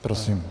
Prosím.